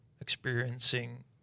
experiencing